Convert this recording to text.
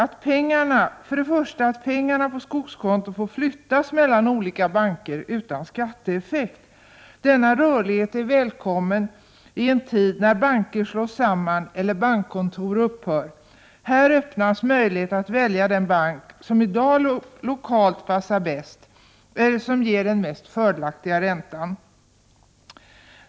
För det första föreslås att pengarna på skogskonto får flyttas mellan olika banker utan skatteeffekt. Denna rörlighet är välkommen i en tid när banker slås samman eller bankkontor upphör. Det öppnas här möjlighet att välja den bank som i dag lokalt passar bäst eller som ger den mest fördelaktiga räntan.